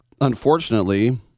unfortunately